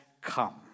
come